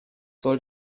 soll